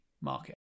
market